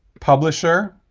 publisher,